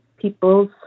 people's